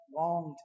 long